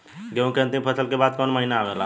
गेहूँ के अंतिम फसल के बाद कवन महीना आवेला?